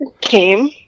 came